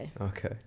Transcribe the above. Okay